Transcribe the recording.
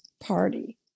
party